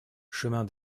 chemin